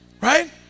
Right